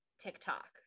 TikTok